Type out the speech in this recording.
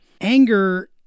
Anger